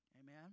Amen